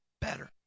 better